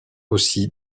aussi